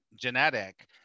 genetic